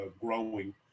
growing